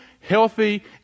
healthy